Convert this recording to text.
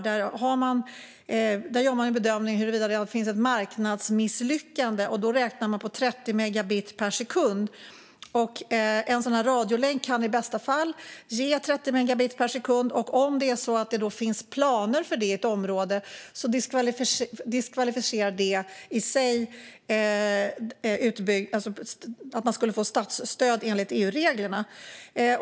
Där gör man en bedömning huruvida det finns ett marknadsmisslyckande. Då räknar man på 30 megabit per sekund. En radiolänk kan i bästa fall ge en hastighet på 30 megabit per sekund, och om det finns planer för det i ett område leder det i sig till att de diskvalificeras från att få statsstöd, enligt EU-reglerna.